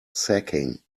sacking